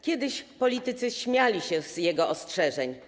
Kiedyś politycy śmiali się z jego ostrzeżeń.